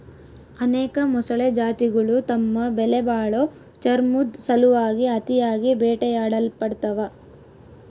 ಅನೇಕ ಮೊಸಳೆ ಜಾತಿಗುಳು ತಮ್ಮ ಬೆಲೆಬಾಳೋ ಚರ್ಮುದ್ ಸಲುವಾಗಿ ಅತಿಯಾಗಿ ಬೇಟೆಯಾಡಲ್ಪಡ್ತವ